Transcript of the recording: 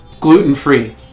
gluten-free